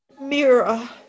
Mira